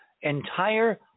entire